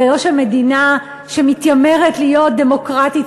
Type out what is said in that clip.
ולא שמדינה שמתיימרת להיות דמוקרטית,